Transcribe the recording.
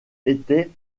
était